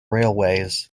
railways